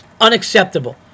Unacceptable